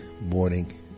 morning